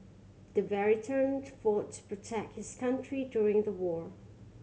the fought to protect his country during the war